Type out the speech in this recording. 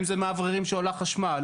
אם זה מאוררים שעולים חשמל,